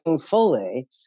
fully